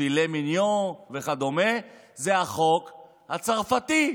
פילה מיניון וכדומה, זה החוק הצרפתי,